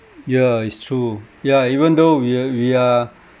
ya it's true yeah even though we're we are